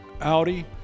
Audi